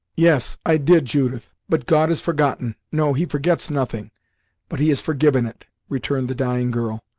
yes, i did, judith, but god has forgotten no he forgets nothing but he has forgiven it, returned the dying girl,